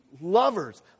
lovers